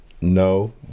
no